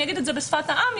אני אגיד בשפת העם,